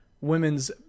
women's